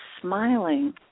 smiling